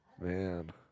man